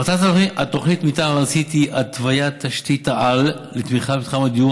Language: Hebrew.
מטרת תוכנית מתאר ארצית זו היא התוויית תשתיות-על לתמיכה במתחם הדיור